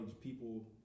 people